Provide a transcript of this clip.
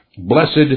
Blessed